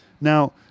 Now